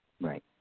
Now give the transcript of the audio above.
Right